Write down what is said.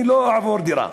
אני לא אעבור דירה,